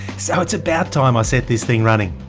so its about time i set this thing running.